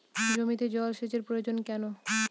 জমিতে জল সেচ প্রয়োজন কেন?